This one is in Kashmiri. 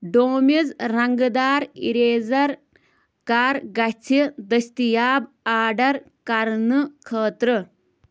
ڈومِز رنٛگہٕ دار اِریزر کَر گژھِ دٔستیاب آرڈر کرنہٕ خٲطرٕ